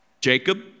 Jacob